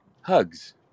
Hugs